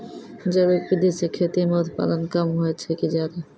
जैविक विधि से खेती म उत्पादन कम होय छै कि ज्यादा?